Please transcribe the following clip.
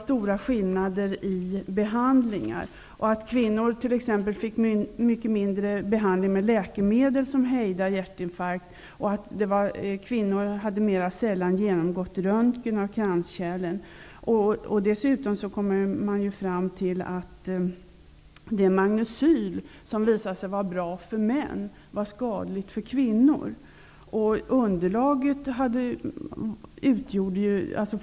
Skillnaden i behandlingarna var betydlig. Kvinnor fick t.ex. mindre behandling med läkemedel som hejdar hjärtinfarkt. Kvinnor fick mer sällan genomgå en röntgenundersökning av kranskärlen. Dessutom kommer man fram till att Magnecyl som visar sig vara bra för män är skadligt för kvinnor.